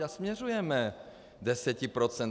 A směřujeme k 10 %.